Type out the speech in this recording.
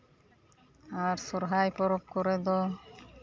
ᱟᱨ ᱥᱚᱦᱚᱨᱟᱭ ᱯᱚᱨᱚᱵᱽ ᱠᱚᱨᱮ ᱫᱚ